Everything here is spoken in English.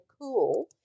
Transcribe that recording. cool